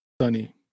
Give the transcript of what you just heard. sunny